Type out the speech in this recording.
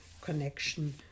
connection